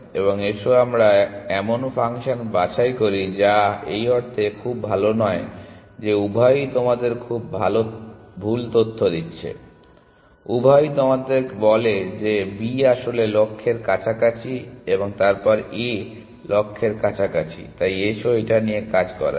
এবং এসো আমরা এমন ফাংশন বাছাই করি যা এই অর্থে খুব ভাল নয় যে উভয়ই তোমাদের ভুল তথ্য দিচ্ছে উভয়ই তোমাদের বলছে যে B আসলে লক্ষ্যের কাছাকাছি এবং তারপর A লক্ষ্যের কাছাকাছি তাই এসো এটা নিয়ে কাজ করা যাক